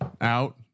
out